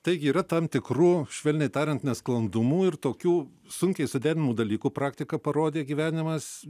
taigi yra tam tikrų švelniai tariant nesklandumų ir tokių sunkiai suderinamų dalykų praktika parodė gyvenimas